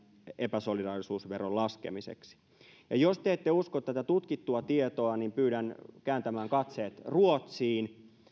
epäsolidaarisuusveron laskemiseksi jos te ette usko tätä tutkittua tietoa niin pyydän kääntämään katseet ruotsiin